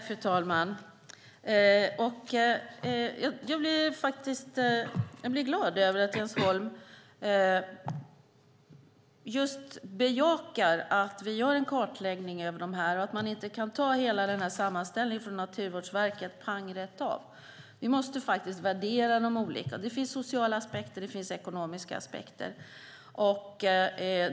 Fru talman! Jag blir glad över att Jens Holm bejakar att vi gör en kartläggning över subventionerna och att man inte kan ta hela sammanställningen från Naturvårdsverket pang rätt av. Vi måste värdera dem olika. Det finns sociala och ekonomiska aspekter.